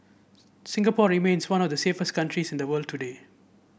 Singapore remains one of the safest countries in the world today